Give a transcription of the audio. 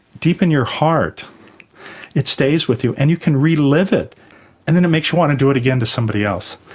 deep in your heart it stays with you and you can relive it and it makes you want to do it again to somebody else.